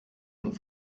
und